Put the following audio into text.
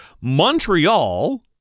Montreal